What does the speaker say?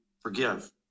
forgive